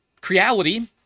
Creality